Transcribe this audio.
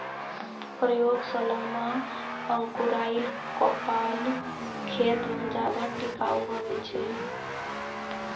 प्रयोगशाला मे अंकुराएल कोपल खेत मे ज्यादा टिकाऊ हुवै छै